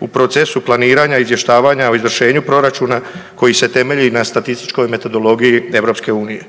u procesu planiranja i izvještavanja o izvršenju proračuna koji se temelji na statističkoj metodologiji EU.